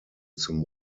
zum